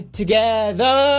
together